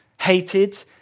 hated